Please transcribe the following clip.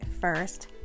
first